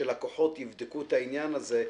שלקוחות יבדקו את העניין הזה,